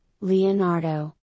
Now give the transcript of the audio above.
Leonardo